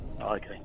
Okay